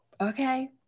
okay